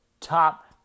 top